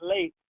late